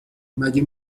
مگه